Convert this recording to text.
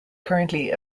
currently